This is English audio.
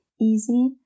easy